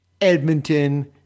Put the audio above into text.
Edmonton